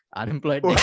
unemployed